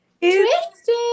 twisted